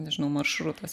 nežinau maršrutas